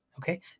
okay